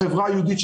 אבל החברה היהודית,